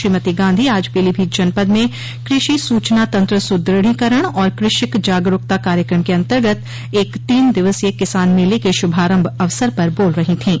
श्रीमती गांधी आज पीलीभीत जनपद में कृषि सूचना तंत्र सुदृढ़ीकरण और कृषक जागरूकता कार्यक्रम के अन्तर्गत एक तीन दिवसीय किसान मेले के शुभारम्भ अवसर पर बोल रहीं थीं